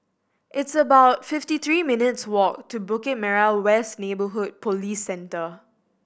it's about fifty three minutes' walk to Bukit Merah West Neighbourhood Police Center